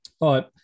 right